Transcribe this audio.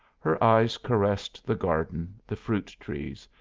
her eyes caressed the garden, the fruit-trees,